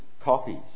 copies